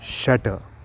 षट्